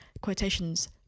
quotations